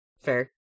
fair